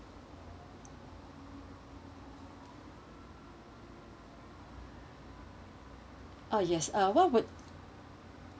uh yes what would